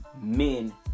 men